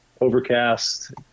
overcast